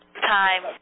time